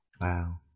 Wow